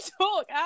talk